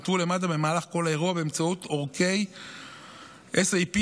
נותבו למד"א במהלך כל האירוע באמצעות עורקי SIP דיגיטליים.